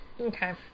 Okay